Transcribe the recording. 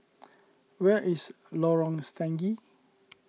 where is Lorong Stangee